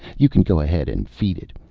you can go ahead and feed it.